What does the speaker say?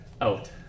Out